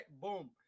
Boom